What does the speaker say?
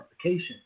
application